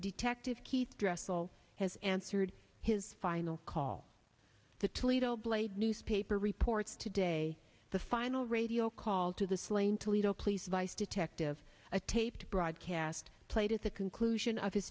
detective keith dress all has answered his final call the toledo blade newspaper reports today the final radio call to the slain toledo police vice detective a taped broadcast played at the conclusion of his